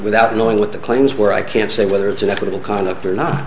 without knowing what the claims were i can't say whether it's unethical conduct or not